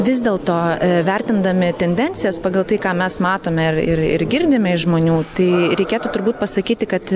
vis dėlto vertindami tendencijas pagal tai ką mes matome ir ir girdime iš žmonių tai reikėtų turbūt pasakyti kad